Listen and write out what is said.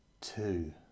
Two